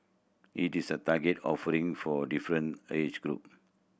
it is a targeted offering for different age group